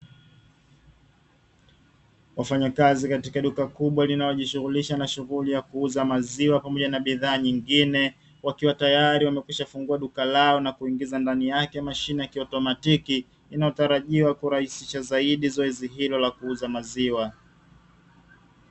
Wafanyakazi katika duka kubwa linalojihusisha na shughuli ya kuuza maziwa pamoja na bidhaa nyingine, wakiwa tayari wamekwisha fungua duka lao na kuingiza ndani yake mashine ya kiautomatiki, inayotarajiwa kurahisisha zaidi zoezi hilo la kuuza maziwa.